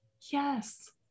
Yes